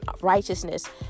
righteousness